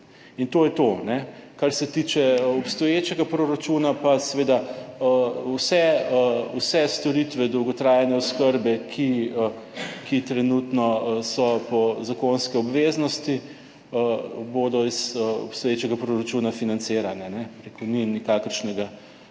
In to je to. Kar se tiče obstoječega proračuna pa seveda vse, vse storitve dolgotrajne oskrbe, ki trenutno so zakonske obveznosti, bodo iz obstoječega proračuna financirane. Bi rekel,